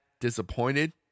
disappointed